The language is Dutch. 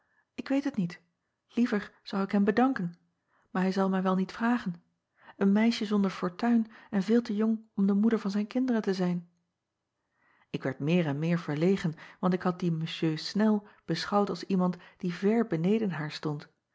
ik weet het niet liever zou ik hem bedanken maar hij zal mij wel niet vragen een meisje zonder fortuin en veel te jong om de moeder van zijn kinderen te zijn k werd meer en meer verlegen want ik had dien monsieur nel beschouwd als iemand die ver beneden haar stond